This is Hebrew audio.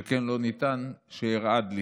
שכן לא ניתן לומר שאירעה דליפה.